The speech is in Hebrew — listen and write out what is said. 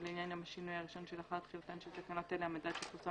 ולעניין יום השינוי הראשון שלאחר תחילתן של תקנו ת אלה - המדד שפורסם